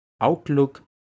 outlook